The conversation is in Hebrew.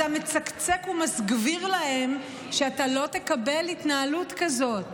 אתה מצקצק ומסגביר להן שאתה לא תקבל התנהלות כזאת.